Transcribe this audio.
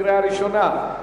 קריאה ראשונה,